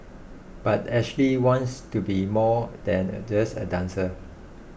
but Ashley wants to be more than just a dancer